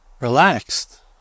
relaxed